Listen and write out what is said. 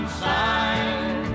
sign